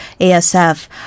ASF